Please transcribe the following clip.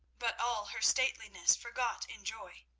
but all her stateliness forgot in joy.